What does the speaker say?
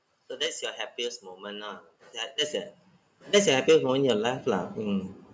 so that's your happiest moment lah ya that's your that's your happiest moment of your life lah mm